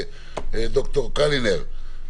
ד"ר קלינר,